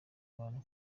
bantu